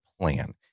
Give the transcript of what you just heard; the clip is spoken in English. plan